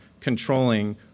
controlling